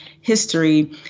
history